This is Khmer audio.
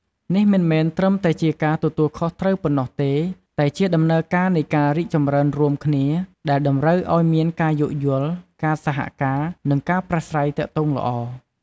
នេះមិនមែនត្រឹមតែជាការទទួលខុសត្រូវប៉ុណ្ណោះទេ តែជាដំណើរការនៃការរីកចម្រើនរួមគ្នា ដែលតម្រូវឱ្យមានការយោគយល់ ការសហការ និងការប្រាស្រ័យទាក់ទងល្អ។